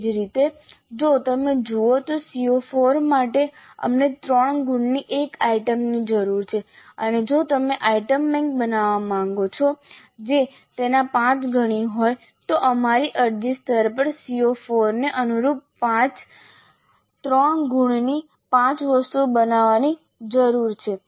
એ જ રીતે જો તમે જુઓ તો CO4 માટે અમને 3 ગુણની એક આઇટમની જરૂર છે અને જો તમે આઇટમ બેન્ક બનાવવા માંગો છો જે તેના પાંચ ગણી હોય તો અમારે અરજી સ્તર પર CO4 ને અનુરૂપ 3 ગુણની 5 વસ્તુઓ બનાવવાની જરૂર છે